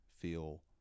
feel